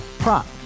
Prop